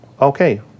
Okay